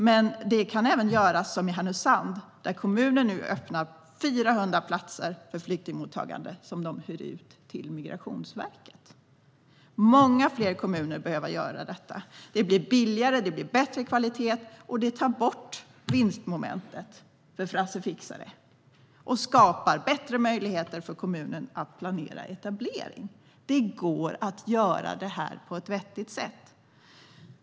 Men det kan även göras som i Härnösand där kommunen nu öppnar 400 platser för flyktingmottagande som den hyr ur till Migrationsverket. Många fler kommuner behöver göra detta. Det blir billigare och ger bättre kvalitet, och det tar bort vinstmomentet för Frasse fixare och skapar bättre möjligheter för kommunen att planera etablering. Det går att göra detta på ett vettigt sätt.